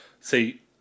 See